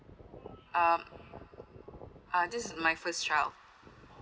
um ah this is my first child